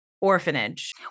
orphanage